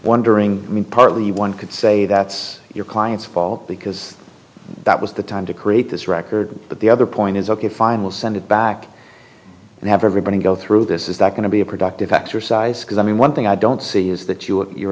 wondering i mean partly one could say that's your client's fault because that was the time to create this record but the other point is ok fine we'll send it back and have everybody go through this is that going to be a productive exercise because i mean one thing i don't see is that you're